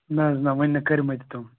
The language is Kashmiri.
نہٕ حظ نَہ وٕنۍ نہٕ کٔرۍمٕتۍ تِم